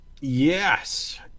yes